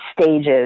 stages